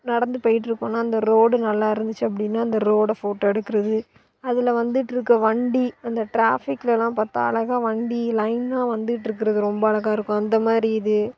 நடந்து போய்ட்டுருக்கோம்னா அந்த ரோடு நல்லாயிருந்துச்சி அப்படின்னா அந்த ரோடை ஃபோட்டோ எடுக்கிறது அதில் வந்துட்டுருக்கிற வண்டி அந்த ட்ராபிக்லேலாம் பார்த்தா அழகாக வண்டி லைன்னாக வந்துட்டுருக்கிறது ரொம்ப அழகாயிருக்கும் அந்தமாதிரி இது